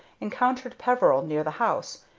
encountered peveril near the house,